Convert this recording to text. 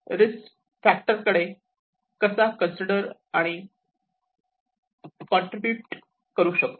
आपण risk factor कडे कसा कन्सिडर अँड कॉन्ट्रीब्युट करू शकतो